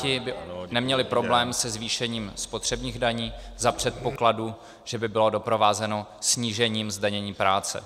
Piráti by neměli problém se zvýšením spotřebních daní za předpokladu, že by bylo doprovázeno snížením zdanění práce.